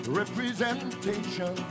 representation